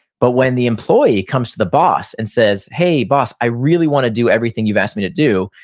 but when the employee comes to the boss and says, hey, boss. i really want to do everything you've asked me to do,